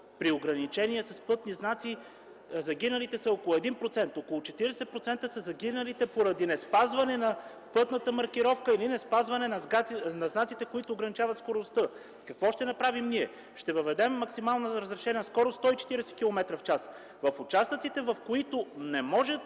при ограничение с пътни знаци загиналите са около 1%, около 40% са загиналите поради неспазване на пътната маркировка или неспазване на знаците, които ограничават скоростта. Какво ще направим ние? Ще въведем максимална разрешена скорост 140 км/час. В участъците, в които не може